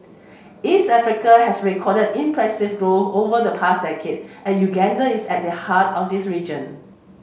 East Africa has recorded impressive growth over the past decade and Uganda is at the heart of this region